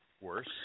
Worse